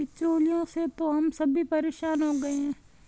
बिचौलियों से तो हम सभी परेशान हो गए हैं